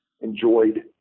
enjoyed